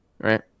right